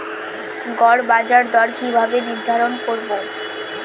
গড় বাজার দর কিভাবে নির্ধারণ করব?